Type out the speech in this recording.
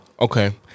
Okay